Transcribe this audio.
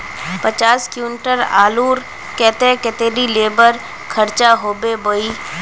पचास कुंटल आलूर केते कतेरी लेबर खर्चा होबे बई?